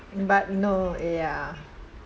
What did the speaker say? but no ya